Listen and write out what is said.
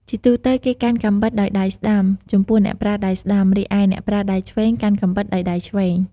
ជាទូទៅ គេកាន់កាំបិតដោយដៃស្តាំ ចំពោះអ្នកប្រើដៃស្ដាំ រីឯអ្នកប្រើដៃឆ្វេង កាន់កាំបិតដោយដៃឆ្វេង។